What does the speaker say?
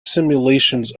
simulations